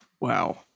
Wow